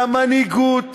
למנהיגות